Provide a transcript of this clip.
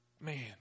man